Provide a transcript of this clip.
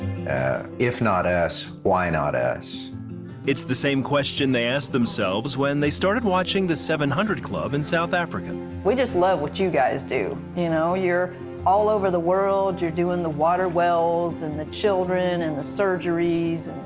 ah if not us, why not us? reporter it's the same question they asked themselves when they started watching the seven hundred club in south africa. with just love what you guys do. you know you're all over the world. you're doing the water wells and the children and the surgeries.